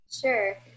Sure